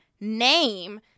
name